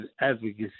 advocacy